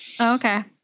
Okay